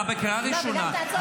אתה בקריאה ראשונה.